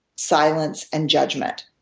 silence and judgment,